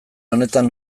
honetan